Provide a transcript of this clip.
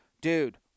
Dude